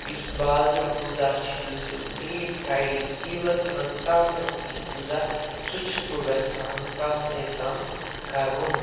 یُس بازرُک غُذا چھُ یُس ڈیٖپ فرٛایِڈ یُس تیٖلَس منٛز تَلنہٕ یِی غُذا سُہ تہِ چھُس بہٕ ویٚژھان کَم سے کَم کَرُن